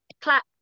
Clap